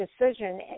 decision